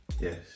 Yes